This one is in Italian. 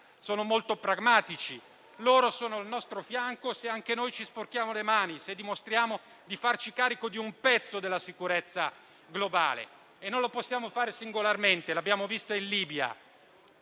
Sono molto pragmatici. Loro sono al nostro fianco se anche noi ci sporchiamo le mani, se dimostriamo di farci carico di un pezzo della sicurezza globale. Non lo possiamo fare singolarmente. Lo abbiamo visto in Libia.